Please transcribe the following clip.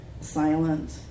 silent